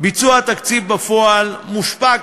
ביצוע התקציב בפועל מושפע,